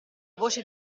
voce